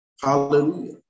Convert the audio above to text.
Hallelujah